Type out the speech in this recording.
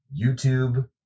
YouTube